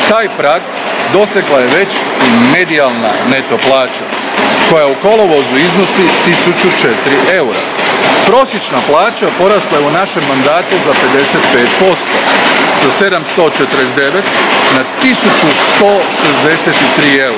taj prag dosegla je već i medijalna neto plaća koja u kolovozu iznosi 1004 eura. Prosječna plaća porasla je u našem mandatu za 55%, sa 749 na 1163